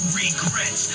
regrets